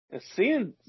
seeing